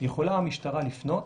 יכולה המשטרה לפנות